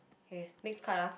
okay next card ah